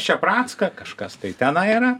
čepracką kažkas tai tenai yra